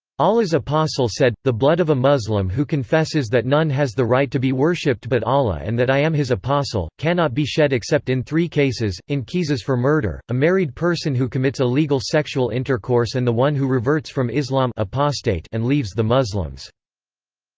allah's apostle said, the blood of a muslim who confesses that none has the right to be worshipped but allah and that i am his apostle, cannot be shed except in three cases in qisas for murder, a married person who commits illegal sexual intercourse and the one who reverts from islam and leaves the muslims.